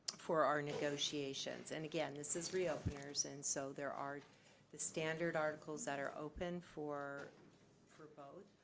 for our negotiations. and, again, this is re-openers and so there are the standard articles that are open for for both.